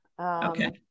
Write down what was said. Okay